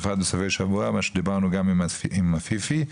מה שדיברנו גם עם עפיפי,